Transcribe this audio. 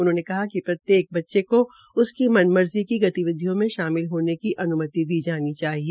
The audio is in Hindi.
उन्होंने कहा कि प्रत्येक बच्चे को उसकी मन मर्जी की गतिविधियों में शामिल होने की अन्मति दी जानी चाहिए